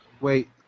Wait